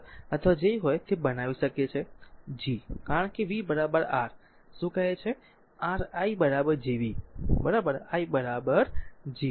અથવા જો તે હોય તો તે બનાવી શકે છે G કારણ કે v r શું કહે છે r i Gv બરાબર i Gv